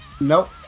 Nope